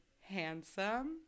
handsome